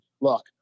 Look